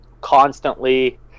constantly